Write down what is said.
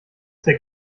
der